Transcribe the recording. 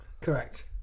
Correct